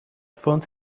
funds